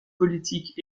politiques